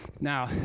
now